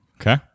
Okay